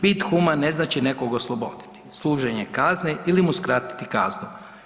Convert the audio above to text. Bit human ne znači nekoga osloboditi služenja kazne ili mu skratiti kaznu.